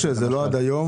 משה, זה לא עד היום.